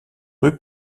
rue